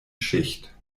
schicht